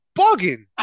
bugging